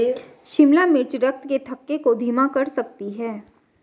शिमला मिर्च रक्त के थक्के को धीमा कर सकती है